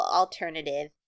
alternative